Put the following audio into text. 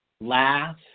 Laugh